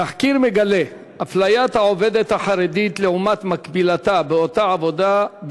תחקיר מגלה את אפליית העובדת החרדית לעומת מקבילתה באותה עבודה,